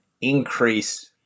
increase